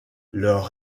leur